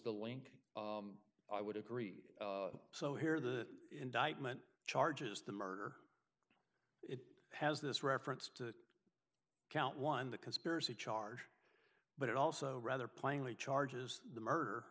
the link i would agree so here the indictment charges the murder it has this reference to count one the conspiracy charge but it also rather plainly charges the murder